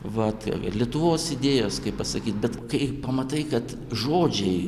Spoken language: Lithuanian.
vat ir lietuvos idėjos kaip pasakyt bet kai pamatai kad žodžiai